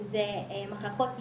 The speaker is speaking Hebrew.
אם זה מחלקות יום,